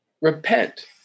repent